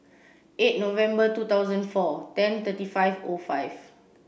eight November two thousand four ten thirty five O five